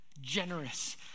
generous